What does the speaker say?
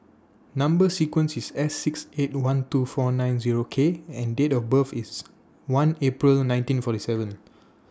Number sequence IS S six eight one two four nine Zero K and Date of birth IS one April nineteen forty seven